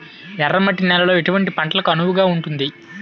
ఎర్ర మట్టి నేలలో ఎటువంటి పంటలకు అనువుగా ఉంటుంది?